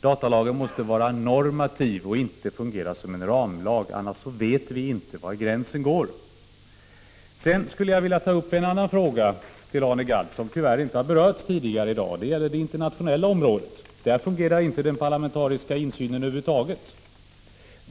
Datalagen måste vara normativ, och skallintefungera SA HN: som en ramlag. Annars vet vi inte var gränsen går. Jag skulle med Arne Gadd vilja ta upp en annan fråga, som tyvärr inte har berörts tidigare i dag. Det gäller det internationella området. Där fungerar inte den parlamentariska insynen över huvud taget.